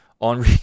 on